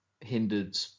hindered